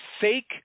fake